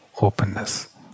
openness